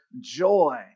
joy